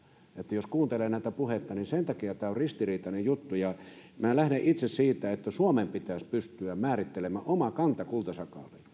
jos kuuntelee näitä puheita ja sen takia tämä on ristiriitainen juttu minä lähden itse siitä että suomen pitäisi pystyä määrittelemään oma kanta kultasakaaliin